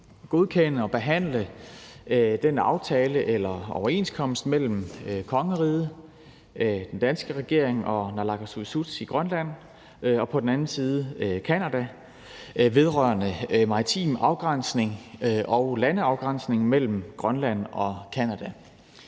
godkende og behandle den aftale eller overenskomst mellem på den ene side kongeriget, altså den danske regering og naalakkersuisut i Grønland, og på den anden side Canada vedrørende maritim afgrænsning og landeafgrænsning mellem Grønland og Canada.